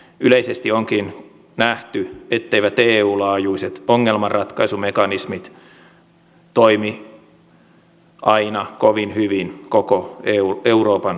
yleisesti onkin nähty etteivät eun laajuiset ongelmanratkaisumekanismit toimi aina kovin hyvin koko euroopan alueella